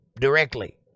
directly